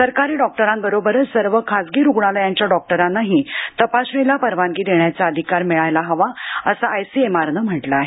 सरकारी डॉक्टरांबरोबरच सर्व खासगी रुग्णालयांच्या डॉक्टरांनाही तपासणीला परवानगी देण्याचा अधिकार मिळायला हवा असं आयसीएमआरनं म्हटलं आहे